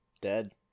Dead